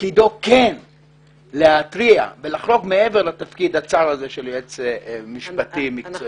תפקידו כן להתריע ולחרוג מעבר לתפקיד הצר של יועץ משפטי מקצועי.